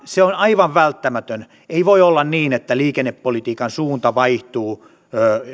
se on aivan välttämätön ei voi olla niin että liikennepolitiikan suunta vaihtuu